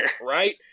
Right